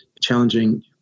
challenging